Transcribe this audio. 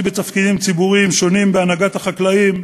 בתפקידים ציבוריים שונים בהנהגת החקלאים,